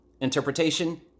Interpretation